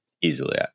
easily